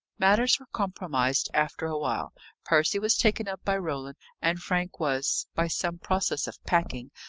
matters were compromised after a while percy was taken up by roland, and frank was, by some process of packing,